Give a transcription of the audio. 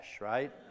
right